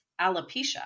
alopecia